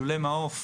לולי מעוף,